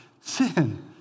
sin